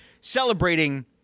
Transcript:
celebrating